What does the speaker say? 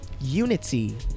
Unity